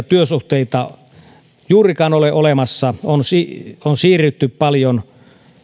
työsuhteita juurikaan ole olemassa on siirrytty paljon